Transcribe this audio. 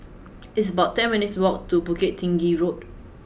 it's about ten minutes' walk to Bukit Tinggi Road